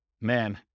man